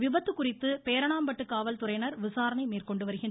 விபத்து குறித்து பேரணாம்பட்டு காவல்துறையினர் விசாரணை மேற்கொண்டு வருகின்றன்